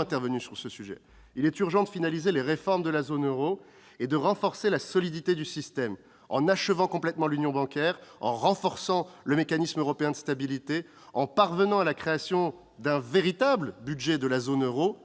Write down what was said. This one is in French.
pour laquelle il est urgent de finaliser les réformes de la zone euro et de renforcer la solidité du système en achevant l'union bancaire, en renforçant le mécanisme européen de stabilité, en parvenant à la création d'un véritable budget de la zone euro